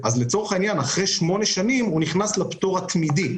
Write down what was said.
אחרי 8 שנים הוא נכנס לפטור התמידי.